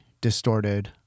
distorted